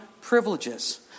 privileges